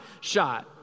shot